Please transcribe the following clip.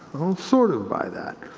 sort of buy that.